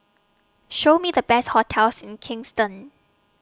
Show Me The Best hotels in Kingston